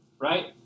right